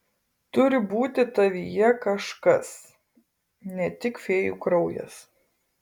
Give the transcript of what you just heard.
turi būti tavyje kažkas ne tik fėjų kraujas